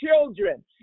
children